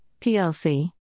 PLC